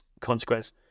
consequence